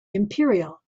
imperial